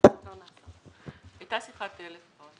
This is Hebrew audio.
מתכוון להמשיך אותן בשבוע הבא,